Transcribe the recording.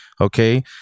okay